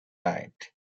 night